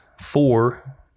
four